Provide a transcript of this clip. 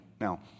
Now